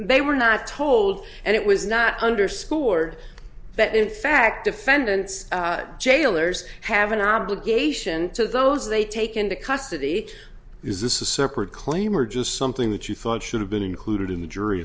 they were not told and it was not underscored that in fact defendants jailers have an obligation to those they take into custody is a separate claim or just something that you thought should have been included in the jury